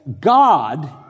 God